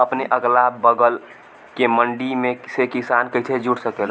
अपने अगला बगल के मंडी से किसान कइसे जुड़ सकेला?